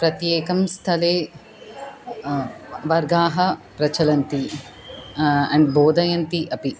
प्रत्येकं स्थले वर्गाः प्रचलन्ति आण्ड् बोधयन्ति अपि